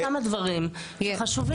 יש כמה דברים חשובים.